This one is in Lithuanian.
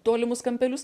tolimus kampelius